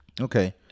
Okay